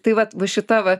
tai vat va šita va